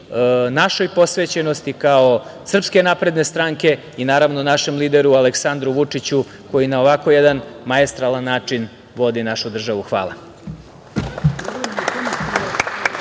našoj posvećenosti kao SNS i, naravno, našem lideru Aleksandru Vučiću, koji na ovako jedan maestralan način vodi našu državu. Hvala.